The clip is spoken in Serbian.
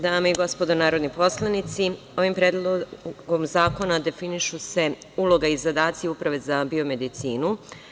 Dame i gospodo narodni poslanici, ovim predlogom zakona definišu se uloga i zadaci Uprave za biomedicinu.